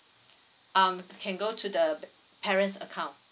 um can go to the p~ parents account